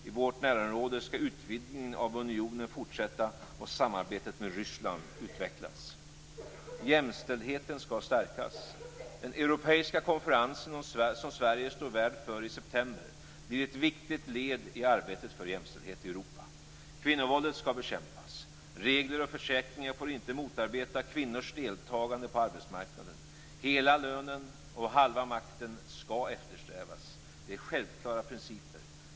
I vårt närområde skall utvidgningen av unionen fortsätta och samarbetet med Ryssland utvecklas. Jämställdheten skall stärkas. Den europeiska konferensen som Sverige står värd för i september blir ett viktigt led i arbetet för jämställdhet i Europa. Kvinnovåldet skall bekämpas. Regler och försäkringar får inte motarbeta kvinnors deltagande på arbetsmarknaden. Hela lönen och halva makten skall eftersträvas. Det är självklara principer.